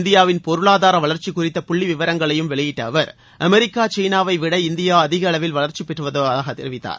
இந்தியாவின் பொருளாதார வளர்ச்சி குறித்த புள்ளி விவரங்களையும் வெளியிட்ட அவர் அமெரிக்கா சீனாவை விட இந்தியா அதிக அளவில் வளர்ச்சி பெற்று வருவதாக குறிப்பிட்டார்